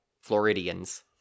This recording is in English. floridians